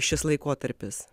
šis laikotarpis